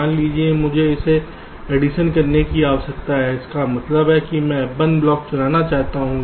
मान लीजिए मुझे इसके एडिशन addition करने की आवश्यकता है इसका मतलब है मैं F1 ब्लॉक चलाना चाहता हूं